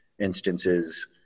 instances